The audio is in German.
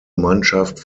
mannschaft